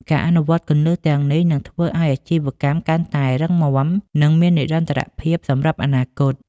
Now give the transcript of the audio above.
ការអនុវត្តគន្លឹះទាំងនេះនឹងធ្វើឱ្យអាជីវកម្មកាន់តែរឹងមាំ និងមាននិរន្តរភាពសម្រាប់អនាគត។